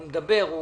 הוא מדבר,